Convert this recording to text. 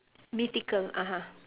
mythical (uh huh)